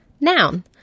Noun